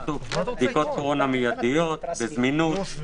מיידיות, בזמינות,